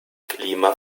klima